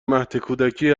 مهدکودکی